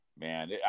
Man